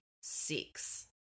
six